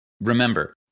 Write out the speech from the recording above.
Remember